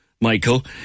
Michael